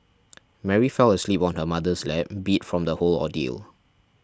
Mary fell asleep on her mother's lap beat from the whole ordeal